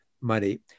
money